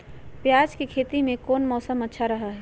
प्याज के खेती में कौन मौसम अच्छा रहा हय?